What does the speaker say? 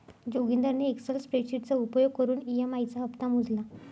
जोगिंदरने एक्सल स्प्रेडशीटचा उपयोग करून ई.एम.आई चा हप्ता मोजला